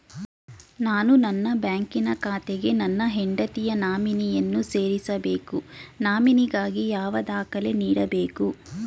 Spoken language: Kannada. ನಾನು ನನ್ನ ಬ್ಯಾಂಕಿನ ಖಾತೆಗೆ ನನ್ನ ಹೆಂಡತಿಯ ನಾಮಿನಿಯನ್ನು ಸೇರಿಸಬೇಕು ನಾಮಿನಿಗಾಗಿ ಯಾವ ದಾಖಲೆ ನೀಡಬೇಕು?